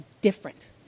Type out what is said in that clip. different